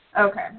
Okay